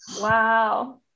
Wow